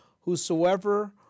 whosoever